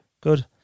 good